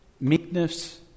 meekness